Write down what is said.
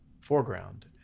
foreground